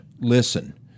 listen